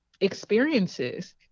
experiences